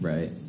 Right